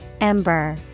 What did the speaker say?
Ember